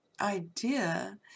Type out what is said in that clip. idea